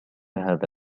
هذا